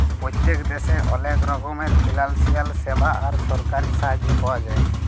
পত্তেক দ্যাশে অলেক রকমের ফিলালসিয়াল স্যাবা আর সরকারি সাহায্য পাওয়া যায়